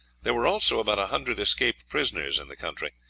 there were also about a hundred escaped prisoners in the country,